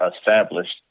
established